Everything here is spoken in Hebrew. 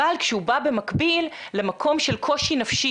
אבל כשהוא בא במקביל למקום של קושי נפשי